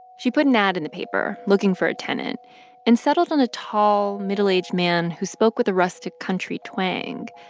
she put an ad in the paper looking for a tenant and settled on a tall, middle-aged man who spoke with a rustic country twang.